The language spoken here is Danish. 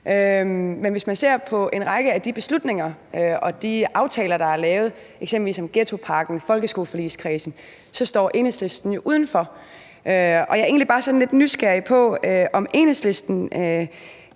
Men hvis man ser på en række af de beslutninger, der er taget, og de aftaler, der er lavet, eksempelvis om ghettopakken og i folkeskoleforligskredsen, så står Enhedslisten jo udenfor. Og jeg er egentlig bare sådan lidt nysgerrig på, om ordføreren